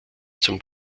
zum